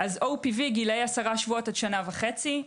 OPV, גילאי 10 שבועות עד שנה וחצי.